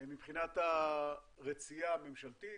מבחינת הרצייה הממשלתית.